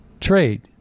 trade